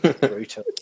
brutal